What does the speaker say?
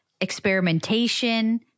Experimentation